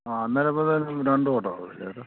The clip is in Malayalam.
ആ അന്നേരം ഇപ്പം രണ്ട് ഓട്ടാ ഇത് ചേട്ടാ